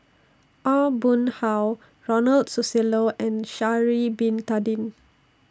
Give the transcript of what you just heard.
Aw Boon Haw Ronald Susilo and Sha'Ari Bin Tadin